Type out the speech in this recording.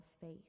faith